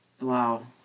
Wow